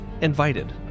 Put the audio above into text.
invited